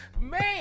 Man